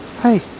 Hey